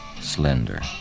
slender